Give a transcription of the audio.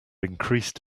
increased